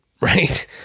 right